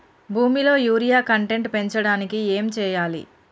భూమిలో urea content పెంచడానికి ఏం చేయాలి?